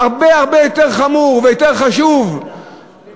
הרבה הרבה יותר חמור ויותר חשוב מוויזה,